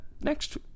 next